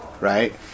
Right